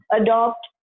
adopt